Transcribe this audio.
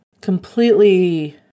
completely